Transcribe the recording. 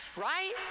right